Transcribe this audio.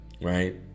right